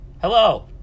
hello